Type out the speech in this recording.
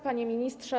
Panie Ministrze!